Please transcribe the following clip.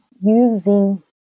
using